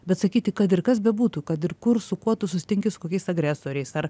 bet sakyti kad ir kas bebūtų kad ir kur su kuo tu susitinki su kokiais agresoriais ar